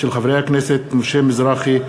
מאת חברי הכנסת משה מזרחי,